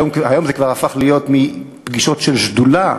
היום זה כבר הפך להיות מפגישות של שדולה,